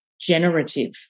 generative